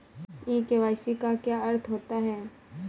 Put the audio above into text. ई KYC का क्या अर्थ होता है?